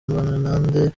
mbanenande